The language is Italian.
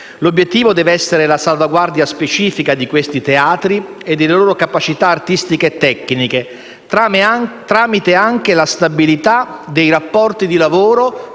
L'obiettivo deve essere la salvaguardia specifica di questi teatri e delle loro capacità artistiche e tecniche, anche tramite la stabilità dei rapporti di lavoro